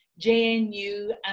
JNU